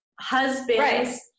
husband's